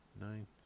nine